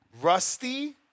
rusty